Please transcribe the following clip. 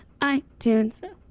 itunes